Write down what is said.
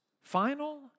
final